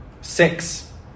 six